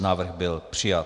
Návrh byl přijat.